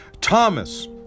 Thomas